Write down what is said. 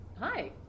Hi